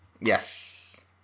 Yes